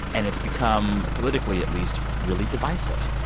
and it's become politically, at least really divisive.